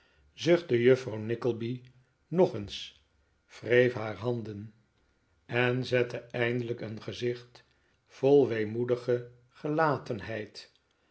zuchtte juffrouw nickleby nog eens wreef haar handen en zette eindelijk een gezicht vol weemoedige gelatenheid